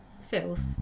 filth